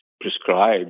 prescribed